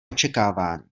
očekávání